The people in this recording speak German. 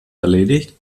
erledigt